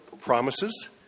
promises